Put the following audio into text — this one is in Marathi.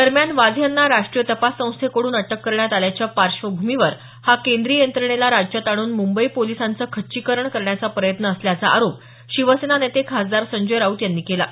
दरम्यान वाझे यांना राष्ट्रीय तपास संस्थेकडून अटक करण्यात आल्याच्या पार्श्वभूमीवर हा केंद्रीय यंत्रणेला राज्यात आणून मुंबई पोलिसांचं खच्चीकरण करण्याचा प्रयत्न असल्याचा आरोप शिवसेना नेते खासदार संजय राऊत यांनी केला आहे